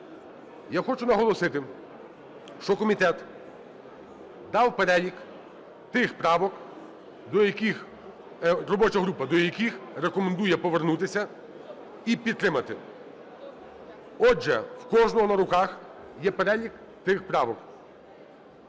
Я хочу наголосити, що комітет дав перелік тих правок, до яких робоча група, до яких рекомендує повернутися і підтримати. Отже, в кожного на руках є перелік тих правок.